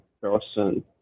person